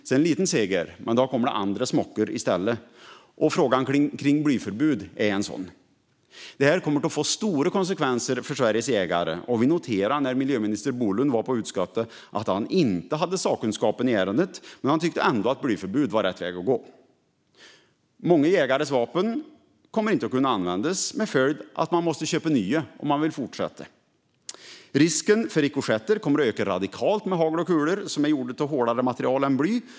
Det är en liten seger, men då kommer andra smockor i stället. Frågan om blyförbud är en sådan. Det kommer att få stora konsekvenser för Sveriges jägare. När miljöminister Bolund var i utskottet noterade vi att han inte hade sakkunskap i ärendet men ändå tyckte att blyförbud var rätt väg att gå. Många jägares vapen kommer inte att kunna användas, med följden att man måste köpa nya om man vill fortsätta. Risken för rikoschetter kommer att öka radikalt med hagel och kulor gjorda av hårdare material än bly.